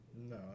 No